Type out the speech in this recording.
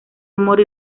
amor